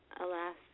Alas